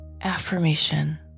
affirmation